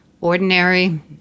ordinary